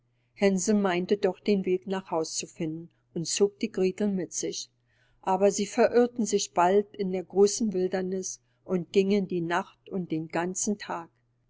hänsel meinte doch den weg nach haus zu finden und zog die gretel mit sich aber sie verirrten sich bald in der großen wildniß und gingen die nacht und den ganzen tag